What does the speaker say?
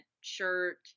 shirt